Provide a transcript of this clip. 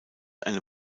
eine